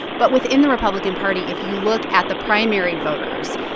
but within the republican party, if you look at the primary voters,